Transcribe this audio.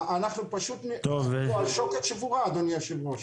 אנחנו פשוט פה על שוקת שבורה אדוני היושב ראש.